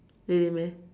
really meh